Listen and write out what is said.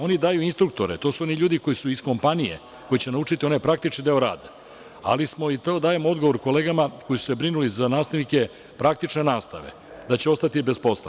Oni daju instruktore, to su oni ljudi iz kompanije, koji će naučiti onaj praktičan deo rada, ali dajem odgovor kolegama koji su se brinuli za nastavnike praktične nastave, da će ostati bez posla.